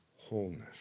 wholeness